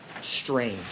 strange